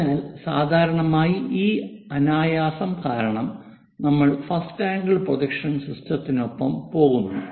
അതിനാൽ സാധാരണയായി ഈ അനായാസം കാരണം നമ്മൾ ഫസ്റ്റ് ആംഗിൾ പ്രൊജക്ഷൻ സിസ്റ്റത്തിനൊപ്പം പോകുന്നു